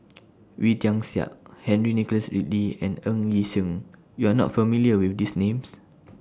Wee Tian Siak Henry Nicholas Ridley and Ng Yi Sheng YOU Are not familiar with These Names